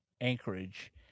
Anchorage